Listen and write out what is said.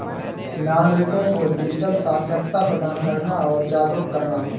नागरिको को डिजिटल साक्षरता प्रदान करना और जागरूक करना